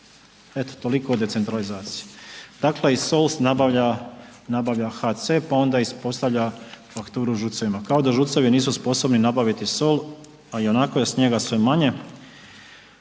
eto toliko o decentralizaciji. Dakle, i sol nabavlja, nabavlja HC, pa ona ispostavlja fakturu ŽUC-evima, kao da ŽUC-evi nisu sposobni nabaviti sol, a ionako je snijega sve manje.